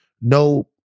no